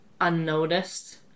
unnoticed